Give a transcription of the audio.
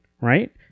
right